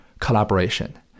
collaboration